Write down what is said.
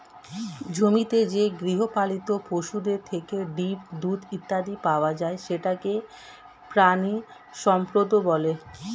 জমিতে যে গৃহপালিত পশুদের থেকে ডিম, দুধ ইত্যাদি পাওয়া যায় সেটাকে প্রাণিসম্পদ বলে